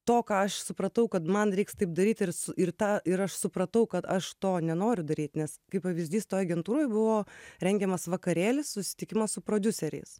to ką aš supratau kad man reiks taip daryt ir tą ir aš supratau kad aš to nenoriu daryt nes kaip pavyzdys toj agentūroj buvo rengiamas vakarėlis susitikimas su prodiuseriais